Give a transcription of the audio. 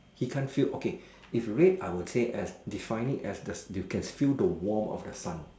he can't feel okay if red I would say as define it as I can feel the warmth of the sun